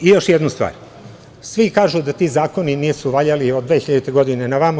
I, još jedna stvar, svi kažu da ti zakoni nisu valjali od 2000. godine na ovamo.